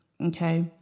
Okay